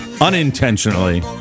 unintentionally